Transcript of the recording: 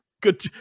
Good